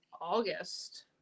August